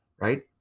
Right